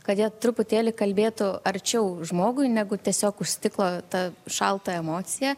kad jie truputėlį kalbėtų arčiau žmogui negu tiesiog už stiklo ta šalta emocija